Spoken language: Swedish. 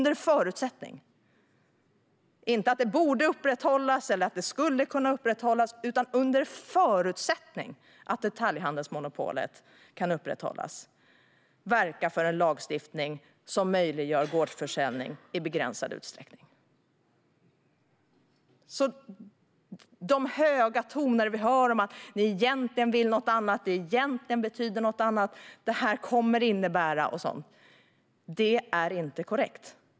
Det handlar alltså inte om att det borde eller skulle kunna upprätthållas, utan vi ska under förutsättning att detaljhandelsmonopolet kan upprätthållas verka för en lagstiftning som möjliggör gårdsförsäljning i begränsad utsträckning. Det vi i höga toner hör om att vi egentligen vill något annat, att det egentligen betyder något annat eller att det kommer att innebära något är alltså inte korrekt.